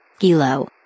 Gilo